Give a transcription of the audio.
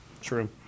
True